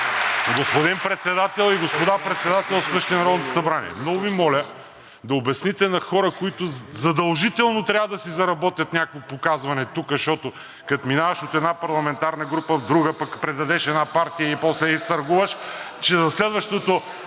Господин Председател и господа председателстващи Народното събрание! Много Ви моля да обясните на хора, които задължително трябва да си заработят някакво показване тук, защото, като минаваш от една парламентарна група в друга, пък предадеш една партия и после я изтъргуваш, че за следващите